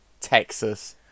Texas